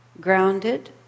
Grounded